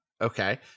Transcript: Okay